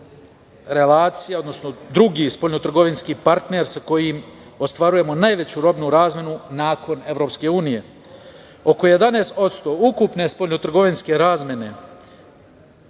relacija, odnosno drugi spoljno-trgovinski partner sa kojim ostvarujemo najveću robnu razmenu nakon EU. Oko 11% ukupne spoljno-trgovinske razmene